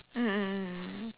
mm mm mm mm